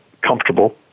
comfortable